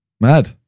Mad